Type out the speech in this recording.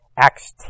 Acts